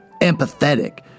empathetic